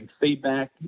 feedback